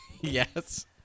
Yes